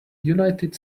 united